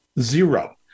Zero